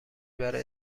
برای